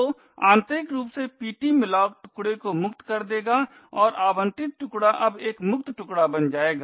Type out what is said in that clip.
तो आंतरिक रूप से ptmalloc टुकडे को मुक्त कर देगा और आवंटित टुकड़ा अब एक मुक्त टुकड़ा बन जाएगा